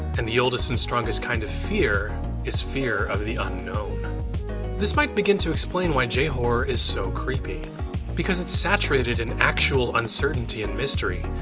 and the oldest and strongest kind of fear is fear of the unknown this might begin to explain why j-horror is so creepy because it's saturated in actual uncertainty and mystery.